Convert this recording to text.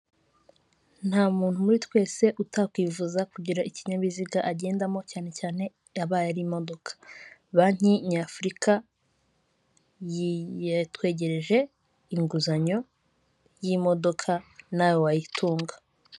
Ntamuntu muri twese utakwifuza kugira ikinyabiziga agendamo cyane cyane abaye ari imodoka, banki nyafurika yatwegereje inguzanyo y'imodoka nawe wayitunga.